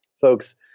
folks